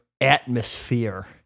atmosphere